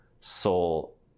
soul